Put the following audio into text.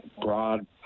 broad